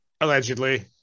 Allegedly